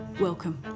Welcome